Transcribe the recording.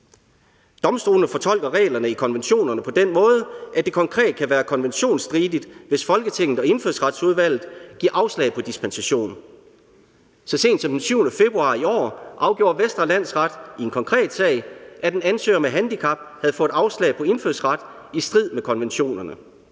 Domstolene fortolker reglerne i konventionerne på den måde, at det konkret kan være konventionsstridigt, hvis Folketinget og Indfødsretsudvalget giver afslag på dispensation. Så sent som den 7. februar i år afgjorde Vestre Landsret i en konkret sag, at en ansøger med handicap havde fået afslag på indfødsret i strid med konventionerne.